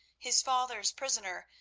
his father's prisoner,